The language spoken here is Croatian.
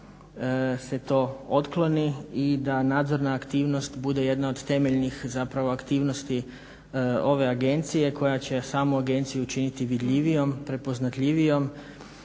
se to otkloni i da nadzorna aktivnost bude jedna od temeljnih zapravo aktivnosti ove agencije koja će samu agenciju učiniti vidljivijom, prepoznatljivijom